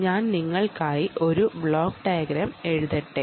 ഞാൻ നിങ്ങൾക്കായി ഒരു ബ്ലോക്ക് ഡയഗ്രം വരയ്ക്കാം